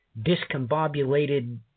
discombobulated –